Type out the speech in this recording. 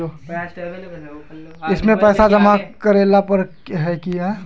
इसमें पैसा जमा करेला पर है की?